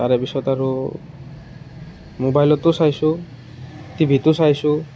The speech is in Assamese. তাৰে পিছত আৰু মোবাইলতো চাইছোঁ টিভিটো চাইছোঁ